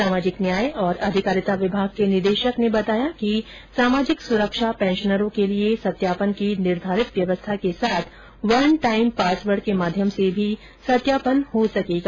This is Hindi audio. सामाजिक न्याय और अधिकारिता विभाग के निदेशक बताया कि सामाजिक सुरक्षा पेंशनरों के लिए सत्यापन की निर्धारित व्यवस्था के साथ वन टाईम पासवर्ड के माध्यम से भी सत्यापन हो सकेगा